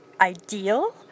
ideal